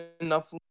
enough